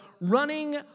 running